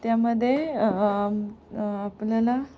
त्यामध्ये आपल्याला